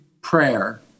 prayer